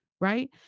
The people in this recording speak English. Right